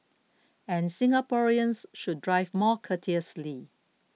and Singaporeans should drive more courteously